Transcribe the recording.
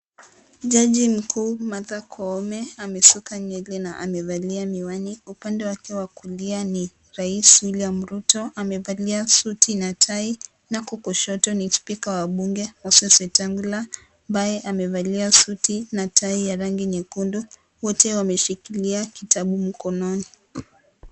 Jaji Mkuu, Martha Koome amesuka nywele na amevalia miwani. Upande wake wa kulia in Rais William Ruto; amevalia suti na tai. Na kushoto ni Spika wa bunge, Moses Wetangula ambaye amevalia suti na tai ya rangi nyekundu. Wote wameshikilia kitabu mkononi.